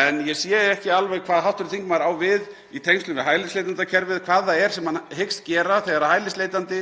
En ég sé ekki alveg hvað hv. þingmaður á við í tengslum við hælisleitendakerfið, hvað það er sem hann hyggst gera þegar hælisleitandi